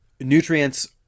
nutrients